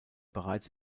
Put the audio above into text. bereits